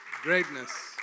Greatness